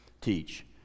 teach